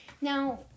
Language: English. Now